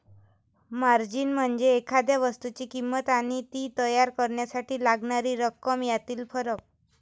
margin म्हणजे एखाद्या वस्तूची किंमत आणि ती तयार करण्यासाठी लागणारी रक्कम यातील फरक